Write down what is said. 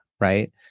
right